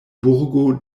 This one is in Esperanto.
burgo